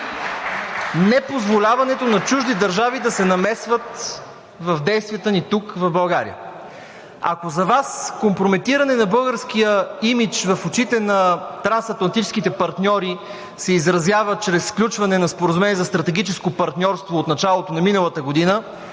непозволяването на чужди държави да се намесват в действията ни тук, в България. Ако за Вас компрометиране на българския имидж в очите на трансатлантическите партньори се изразява чрез сключване на споразумение за стратегическо партньорство от началото на миналата година,